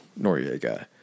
Noriega